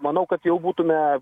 manau kad jau būtume